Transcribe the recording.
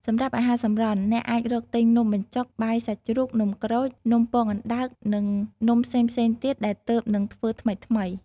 សម្រាប់អាហារសម្រន់ អ្នកអាចរកទិញនំបញ្ចុក បាយសាច់ជ្រូក នំក្រូច នំពងអណ្តើក និងនំផ្សេងៗទៀតដែលទើបនឹងធ្វើថ្មីៗ។